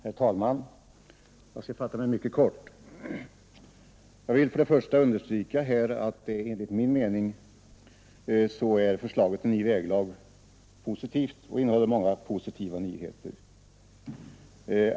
Herr talman! Jag skall fatta mig mycket kort. Jag vill till att börja med understryka att förslaget till ny väglag enligt min mening innehåller många positiva nyheter.